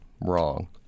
wrong